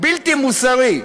בלתי מוסרי.